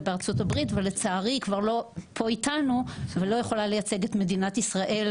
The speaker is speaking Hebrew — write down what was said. בארצות הברית ולצערי היא כבר לא פה איתנו ולא יכולה לייצג את מדינת ישראל